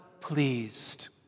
pleased